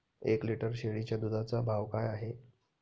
एक लिटर शेळीच्या दुधाचा भाव काय आहे?